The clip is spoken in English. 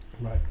Right